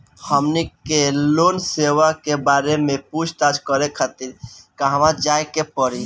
हमनी के लोन सेबा के बारे में पूछताछ करे खातिर कहवा जाए के पड़ी?